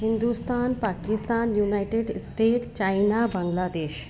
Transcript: Hindustan Pakistan united state China Bangladesh